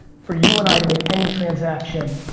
for you and i to make any transaction,